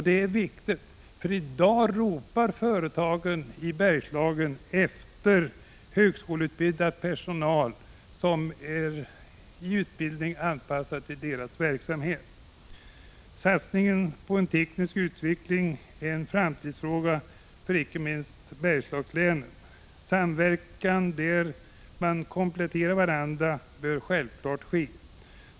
Detta är viktigt, för i dag ropar vissa företag efter högskoleutbildad personal, med utbildning anpassad till deras verksamhet. Satsningen på teknisk utveckling är en framtidsfråga för icke minst Bergslagslänen. Självfallet bör det ske en samverkan där man kompletterar varandra.